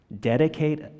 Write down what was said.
Dedicate